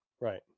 Right